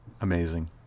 Amazing